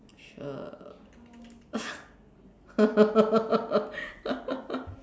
sure